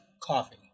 coffee